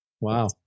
Wow